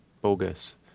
bogus